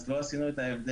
אז לא עשינו את ההבדל.